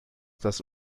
das